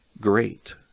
great